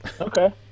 Okay